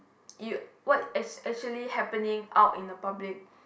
you what is actually happening out in the public